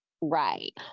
right